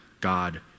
God